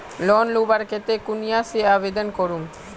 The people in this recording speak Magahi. लोन लुबार केते कुनियाँ से आवेदन करूम?